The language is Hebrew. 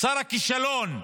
שר הכישלון,